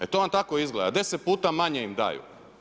E to vam tako izgleda, 10 puta manje im daju.